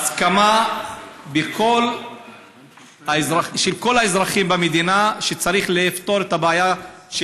יש הסכמה של כל האזרחים במדינה שצריך לפתור את הבעיה של